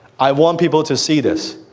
i want people to see this.